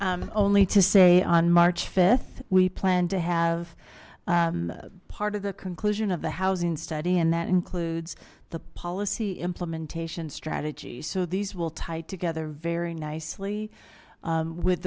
in only to say on march th we plan to have part of the conclusion of the housing study and that includes the policy implementation strategy so these will tie together very nicely with